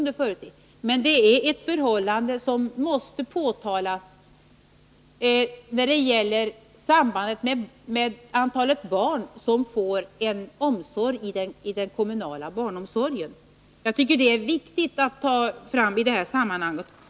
Det är emellertid ett förhållande som måste framhållas när det gäller antalet barn som får en omsorg i den kommunala barnomsorgen. Jag tycker att detta inte får negligeras i sammanhanget.